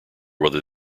whether